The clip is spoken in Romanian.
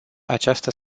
această